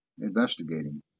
investigating